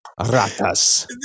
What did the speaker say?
ratas